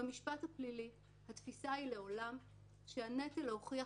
במשפט הפלילי לעולם התפיסה היא שהנטל להוכיח